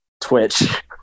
Twitch